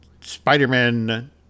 Spider-Man